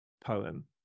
poem